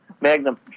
Magnum